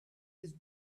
his